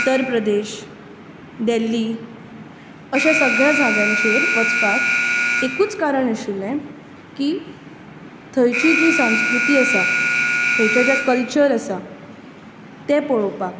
उत्तर प्रदेश दिल्ली अश्या सगळ्या जाग्यांचेर वचपाक एकूच कारण आशिल्लें की थंयची जी संस्कृती आसा थंयचे जे कल्चर आसा ते पळोवपाक